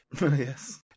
Yes